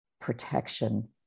protection